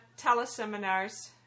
teleseminars